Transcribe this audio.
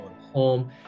home